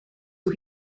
who